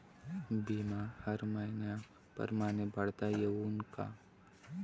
बिमा हर मइन्या परमाने भरता येऊन का?